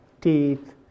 teeth